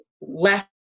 left